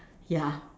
ya